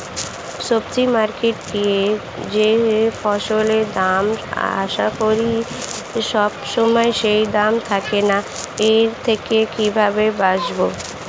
সবজি মার্কেটে গিয়ে যেই ফসলের দাম আশা করি সবসময় সেই দাম থাকে না এর থেকে কিভাবে বাঁচাবো?